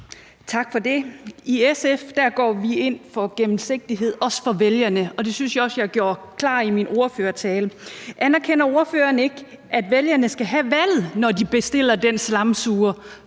Tak for det. I SF går vi ind for gennemsigtighed, også for vælgerne, og det synes jeg også jeg gjorde klart i min ordførertale. Anerkender ordføreren ikke, at vælgerne skal have valget, når de bestiller den slamsuger